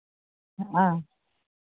ᱦᱮᱸ